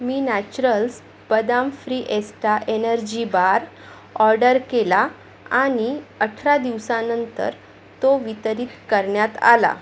मी naturals बदाम फ्रिएस्टा energy bar order केला आणि अठरा दिवसानंतर तो वितरित करण्यात आला